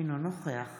אינו נוכח